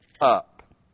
up